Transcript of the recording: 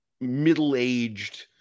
middle-aged